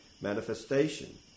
manifestation